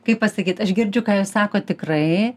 kaip pasakyt aš girdžiu ką jūs sakot tikrai